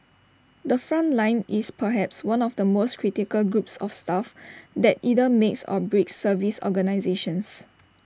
the front line is perhaps one of the most critical groups of staff that either makes or breaks service organisations